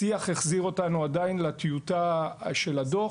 השיח החזיר אותנו, עדיין, לטיוטה של הדו"ח.